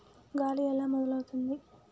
గాలి ఎలా మొదలవుతుంది?